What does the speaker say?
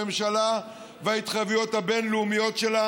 בממשלה ובהתחייבויות הבין-לאומיות שלה